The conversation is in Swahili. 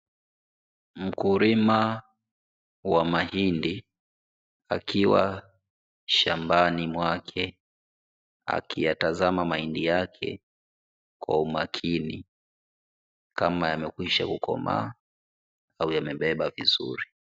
Mkulima wa mahindi yuko shambani mwake akiyatazama mahindi yake kwa umakini, kama yamekwisha kukomaa au yamebeba vizuri.